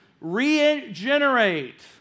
regenerate